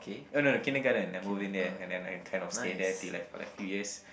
eh no kindergarten I move in there and then I kind of stay there till like for a few years